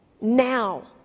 Now